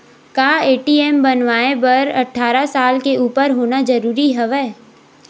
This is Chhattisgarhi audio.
का ए.टी.एम बनवाय बर अट्ठारह साल के उपर होना जरूरी हवय?